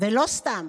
ולא סתם